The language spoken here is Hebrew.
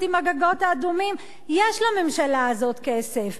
עם הגגות האדומים יש לממשלה הזאת כסף,